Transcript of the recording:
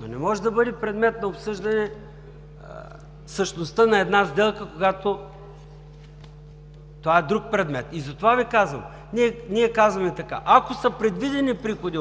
но не може да бъде предмет на обсъждане същността на една сделка, когато това е друг предмет. Затова, ние казваме така: ако са предвидени приходи